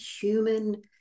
human